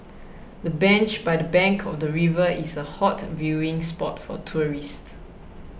the bench by the bank of the river is a hot viewing spot for tourists